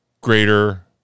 greater